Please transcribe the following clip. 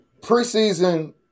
preseason